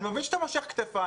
אני מבין שאתה מושך כתפיים.